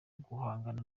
guhangana